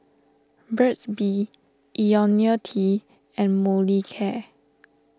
Burt's Bee Ionil T and Molicare